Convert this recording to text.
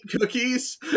cookies